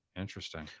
interesting